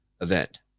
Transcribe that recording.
event